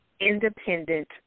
independent